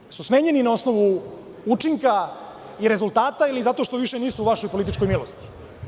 Da li su smenjeni na osnovu učinka i rezultata ili zato što više nisu u vašoj političkoj milosti?